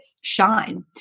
shine